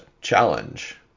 challenge